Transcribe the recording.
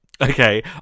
Okay